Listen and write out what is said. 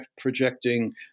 projecting